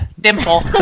dimple